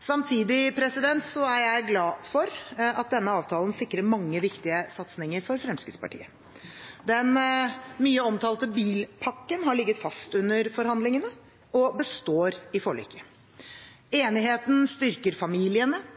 Samtidig er jeg glad for at denne avtalen sikrer mange viktige satsinger for Fremskrittspartiet. Den mye omtalte bilpakken har ligget fast under forhandlingene og består i forliket. Enigheten styrker familiene,